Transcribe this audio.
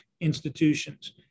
institutions